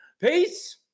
Peace